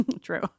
True